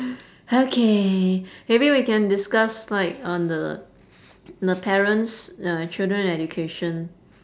okay maybe we can discuss like on the the parents ya children education